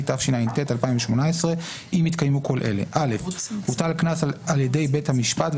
התשע"ט 2018 אם התקיימו כל אלה: (א)הוטל קנס על ידי בית המשפט,